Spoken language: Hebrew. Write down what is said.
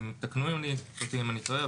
תקנו אותי אם אני טועה,